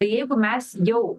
tai jeigu mes jau